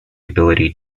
ability